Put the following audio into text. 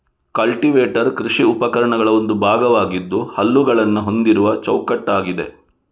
cultivator ಕೃಷಿ ಉಪಕರಣಗಳ ಒಂದು ಭಾಗವಾಗಿದ್ದು ಹಲ್ಲುಗಳನ್ನ ಹೊಂದಿರುವ ಚೌಕಟ್ಟಾಗಿದೆ